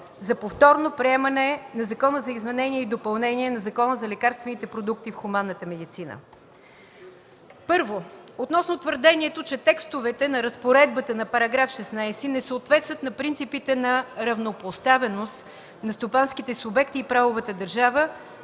за повторно приемане на Закона за изменение и допълнение на Закона за лекарствените продукти в хуманната медицина. Първо, относно твърдението, че текстовете на разпоредбата на § 16 не съответстват на принципите на равнопоставеност на стопанските субекти и правовата държава,